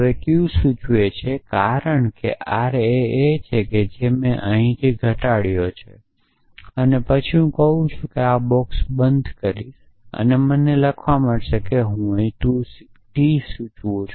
હવેq એ r સૂચવે છે કારણ કે r એ છે જે મે અહીંથી ઘટાડ્યો છું પછી હું કહું છું કે હું આ બોક્સ બંધ કરીશ અને હું અહીં t સૂચવીશ મને તે લખવા દો